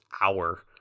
hour